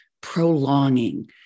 prolonging